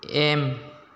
M